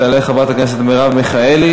תעלה חברת הכנסת מרב מיכאלי.